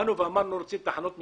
באנו ואמרנו שרוצים תחנות משטרה.